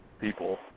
people